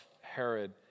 Herod